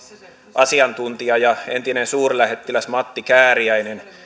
asiantuntija ja entinen suurlähettiläs matti kääriäinen